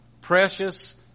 precious